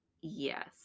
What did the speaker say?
Yes